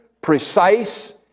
precise